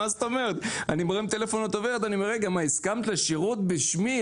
אני מטלפן לדוברת ושואל אותה אם היא הסכימה לשירות בשמי.